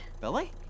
Billy